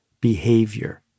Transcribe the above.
behavior